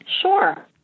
Sure